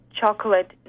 chocolate